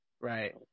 right